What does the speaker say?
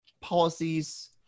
policies